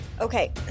Okay